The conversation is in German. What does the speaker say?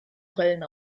brillen